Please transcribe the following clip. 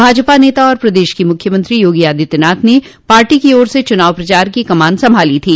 भाजपा नेता और प्रदेश के मुख्यमंत्री योगी आदित्यनाथ ने पार्टी की ओर से चुनाव प्रचार की कमान सभांली थी